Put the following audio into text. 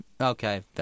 Okay